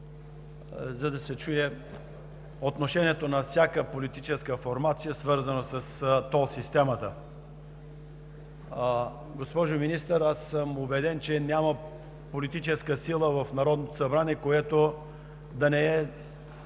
за да се чуе отношението на всяка политическа формация, свързано с тол системата. Госпожо Министър, аз съм убеден, че няма политическа сила в Народното събрание, която да не е